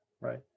Right